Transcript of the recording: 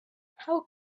how